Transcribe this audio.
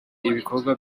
ibikorwa